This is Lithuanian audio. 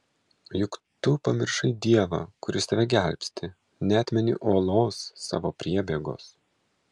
juk tu pamiršai dievą kuris tave gelbsti neatmeni uolos savo priebėgos